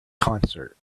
concert